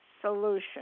Solution